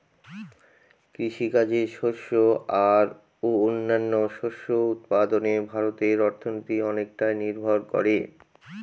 কৃষিকাজে শস্য আর ও অন্যান্য শস্য উৎপাদনে ভারতের অর্থনীতি অনেকটাই নির্ভর করে